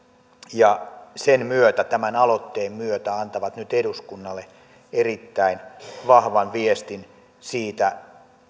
ja tämän aloitteen myötä antavat nyt eduskunnalle erittäin vahvan viestin siitä